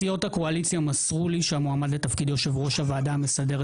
סיעות הקואליציה מסרו לי שהמועמד לתפקיד יושב-ראש הוועדה המסדרת,